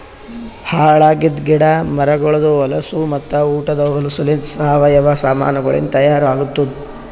ಹಾಳ್ ಆಗಿದ್ ಗಿಡ ಮರಗೊಳ್ದು ಹೊಲಸು ಮತ್ತ ಉಟದ್ ಹೊಲಸುಲಿಂತ್ ಸಾವಯವ ಸಾಮಾನಗೊಳಿಂದ್ ತೈಯಾರ್ ಆತ್ತುದ್